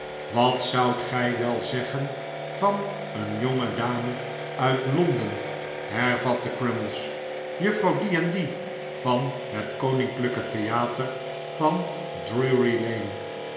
wat zoudt gij wel zeggen van een jongedame uit londen hervatte crummies juffrouw die en die van het koninklijke theater van